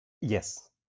Yes